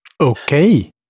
okay